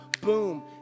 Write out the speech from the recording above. Boom